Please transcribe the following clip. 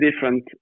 different